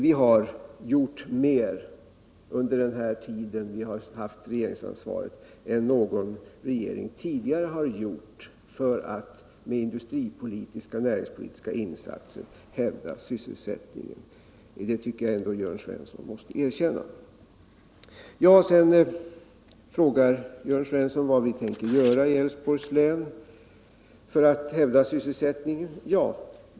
Vi har gjort mer under den tid vi har haft regeringsansvaret än någon regering tidigare har gjort för att med industripolitiska och näringspolitiska insatser hävda sysselsättningen; det tycker jag ändå Jörn Svensson måste erkänna. Sedan frågar Jörn Svensson vad vi tänker göra i Älvsborgs län för att hävda sysselsättningen.